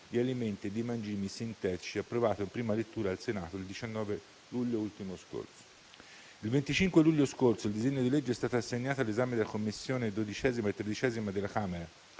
di alimenti e di mangimi sintetici, approvato in prima lettura al Senato il 19 luglio ultimo scorso. Il 25 luglio scorso il disegno di legge è stato assegnato all'esame delle Commissioni XII e XIII della Camera,